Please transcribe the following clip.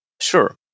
Sure